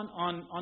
on